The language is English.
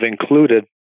included